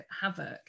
havoc